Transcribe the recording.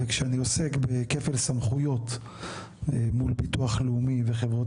וכשאני עוסק בכפל סמכויות מול ביטוח לאומי וחברות